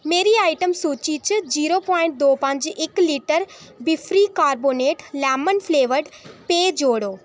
मेरी आइटम सूची च जीरो पोआईंट दो पंज इक लीटर बीफ्री कार्बोनेट लैमन फ़्लेवर्ड पेय जोड़ो